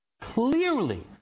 Clearly